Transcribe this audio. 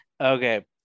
okay